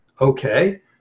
Okay